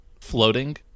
floating